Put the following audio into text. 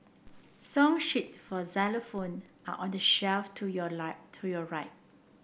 song sheets for xylophone are on the shelf to your light to your right